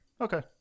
Okay